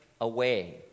away